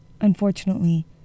Unfortunately